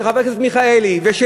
של חבר הכנסת מיכאלי ושלי,